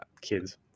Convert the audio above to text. kids